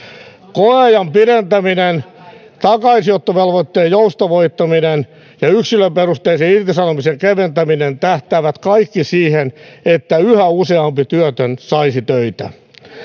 koeajan pidentäminen takaisinottovelvoitteen joustavoittaminen ja yksilöperusteisen irtisanomisen keventäminen tähtäävät kaikki siihen että yhä useampi työtön saisi töitä